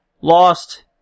lost